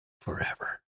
forever